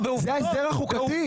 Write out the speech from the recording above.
זה ההבדל החוקתי?